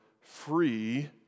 free